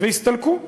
והסתלקו לענייניהם.